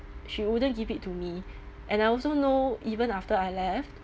she wouldn't give it to me and I also know even after I left